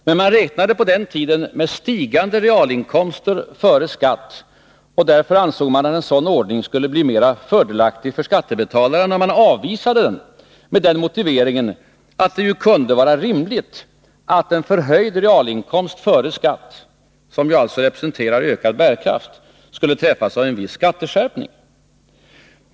Men man räknade på den tiden med stigande realinkomster före skatt, och därför ansåg man att en sådan ordning skulle bli mera fördelaktig för skattebetalaren. Tanken avspisades med motiveringen att det kunde vara rimligt att en förhöjd realinkomst före skatt, som ju representerar en ökad bärkraft, skulle träffas av en viss skatteskärpning.